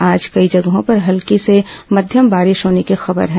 आज कई जगहों पर हल्की से मध्यम बारिश होने की खबर है